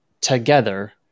together